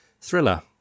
thriller